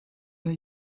der